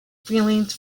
feelings